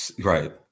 Right